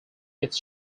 its